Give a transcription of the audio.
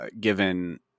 given